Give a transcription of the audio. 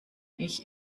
ich